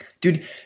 Dude